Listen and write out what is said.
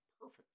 Perfect